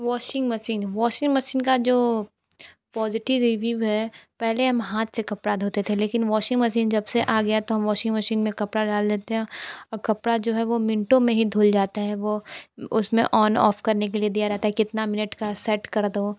washing machine washing machine का जो positive review है पहले हम हाँथ से कपड़ा धोते थे लेकिन वाॅशिंग मशीन जब से आ गया तो हम वाॅशिंग मशीन में कपड़ा डाल देते हैं औ कपड़ा जो है वो मिनटों में ही धूल जाता है वो उसमें ऑन ऑफ करने के लिए दिया रहता है कितना मिनट का सेट कर दो